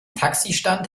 taxistand